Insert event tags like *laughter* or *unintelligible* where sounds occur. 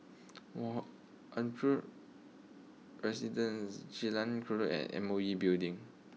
*unintelligible* Andre Residence Jalan *unintelligible* and M O E Building